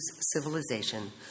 civilization